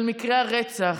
על מקרי הרצח.